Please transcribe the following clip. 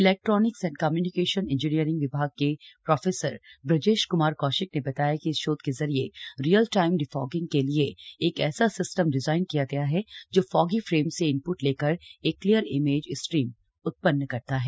electronics and communication engineering विभाग के prof Brajesh Kumar Kaushik ने बताया कि इस शोध के जरिए रियल टाइम डिफॉगिंग के लिए एक ऐसा सिस्टम डिजाइन किया गया है जो फॉगी फ्रेम से इनप्ट लेकर एक क्लियर इमेज स्ट्रीम उत्पन्न करता है